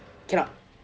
cannot